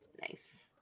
nice